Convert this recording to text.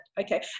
Okay